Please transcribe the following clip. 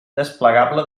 desplegable